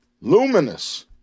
luminous